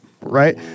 right